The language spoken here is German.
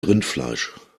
rindfleisch